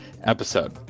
episode